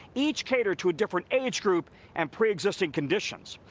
each catered to a different age group and pre-existing conditions.